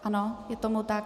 Ano, je tomu tak.